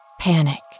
Panic